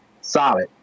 solid